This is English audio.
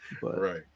right